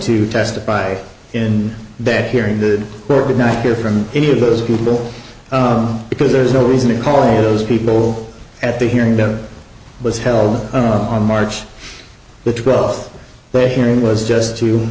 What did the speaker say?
to testify in that hearing that did not hear from any of those people because there is no reason to call a of those people at the hearing that was held on march the twelfth the hearing was just to